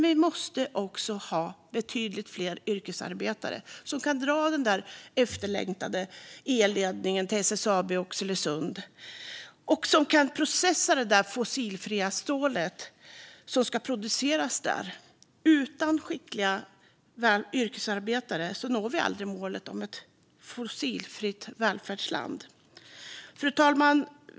Vi måste också ha betydligt fler yrkesarbetare kan dra den där efterlängtade elledningen till SSAB i Oxelösund och som kan processa det fossilfria stål som ska produceras där. Utan skickliga yrkesarbetare når vi aldrig målet om ett fossilfritt välfärdsland. Fru talman!